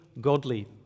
godly